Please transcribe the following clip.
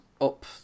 up